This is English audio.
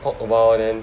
talk awhile then